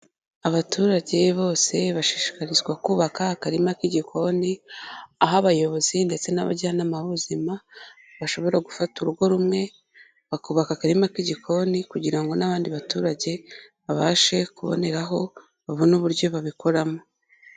Abaturage bose bashishikarizwa kubaka akarima k'igikoni. Aho abayobozi ndetse n'abajyanama b'ubuzima, bashobora gufata urugo rumwe, bakubaka akarima k'igikoni. Kugira ngo n'abandi baturage, babashe kuboneraho, babone uburyo babikoramo.